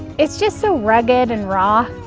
it's just so rugged and raw.